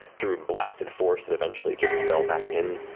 through a blasted force that eventually just fell back in,